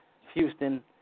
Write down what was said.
Houston